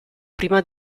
prima